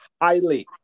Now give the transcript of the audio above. highly